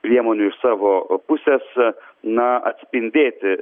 priemonių iš savo pusės na atspindėti